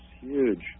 huge